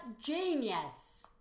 genius